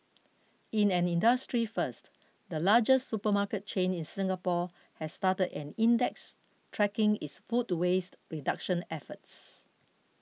in an industry first the largest supermarket chain in Singapore has started an index tracking its food waste reduction efforts